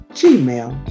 gmail